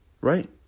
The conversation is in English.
right